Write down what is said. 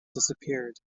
disappeared